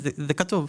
זה כתוב.